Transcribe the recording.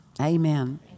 Amen